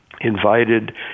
invited